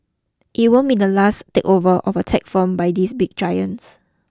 it won't be the last takeover of a tech firm by these big giants